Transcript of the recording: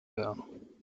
werden